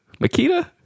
Makita